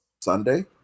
Sunday